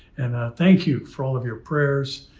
and thank you for all of your prayers,